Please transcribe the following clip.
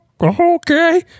okay